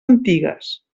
antigues